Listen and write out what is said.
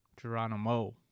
Geronimo